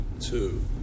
two